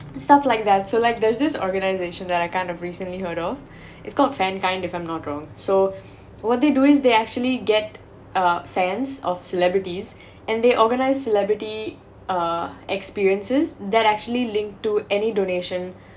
stuff like that so like there's this organization that I kind of recently heard of it's called fan kind if I'm not wrong so what they do is they actually get uh fans of celebrities and they organize celebrity uh experiences that actually linked to any donation